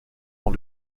dans